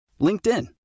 LinkedIn